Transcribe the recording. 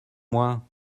moi